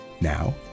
Now